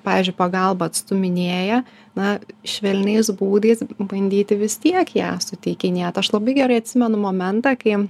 pavyzdžiui pagalbą atstūminėja na švelniais būdais pabandyti vis tiek ją suteikinėt aš labai gerai atsimenu momentą kai